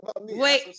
Wait